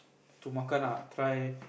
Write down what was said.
to makan ah try